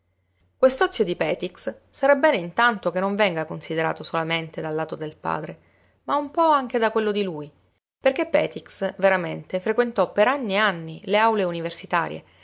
ozio vergognoso quest'ozio di petix sarà bene intanto che non venga considerato solamente dal lato del padre ma un po anche da quello di lui perché petix veramente frequentò per anni e anni le aule universitarie